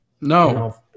no